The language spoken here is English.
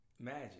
magic